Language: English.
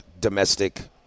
domestic